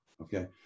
Okay